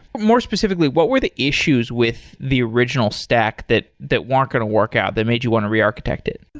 more specifically, what were the issues with the original stack that that weren't going to work out, that made you want to re-architect it?